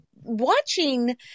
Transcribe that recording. watching